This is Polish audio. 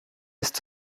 jest